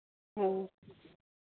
ᱦᱮᱸ